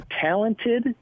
talented